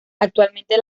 actualmente